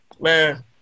Man